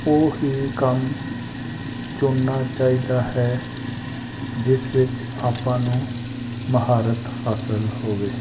ਉਹ ਹੀ ਕੰਮ ਚੁਣਨਾ ਚਾਹੀਦਾ ਹੈ ਜਿਸ ਵਿੱਚ ਆਪਾਂ ਨੂੰ ਮਹਾਰਤ ਹਾਸਿਲ ਹੋਵੇ